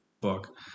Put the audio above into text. book